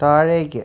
താഴേക്ക്